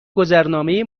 گذرنامه